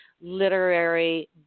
literary